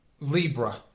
Libra